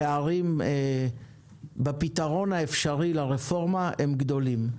הפערים בפתרון האפשרי לרפורמה הם גדולים.